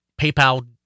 PayPal